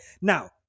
Now